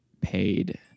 paid